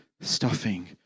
stuffing